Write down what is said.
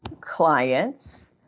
clients